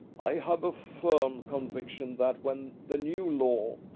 i have a firm conviction that when the new law,